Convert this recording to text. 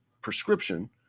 prescription